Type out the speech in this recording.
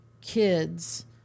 kids